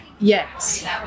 Yes